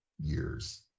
years